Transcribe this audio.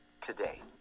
today